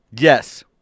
Yes